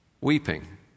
Weeping